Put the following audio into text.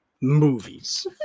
Movies